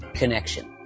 connection